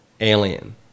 Alien